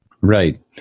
Right